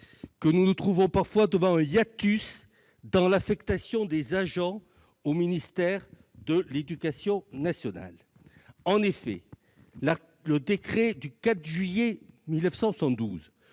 que nous sommes parfois confrontés à un dans l'affectation des agents du ministère de l'éducation nationale. En effet, le décret du 4 juillet 1972